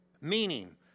Meaning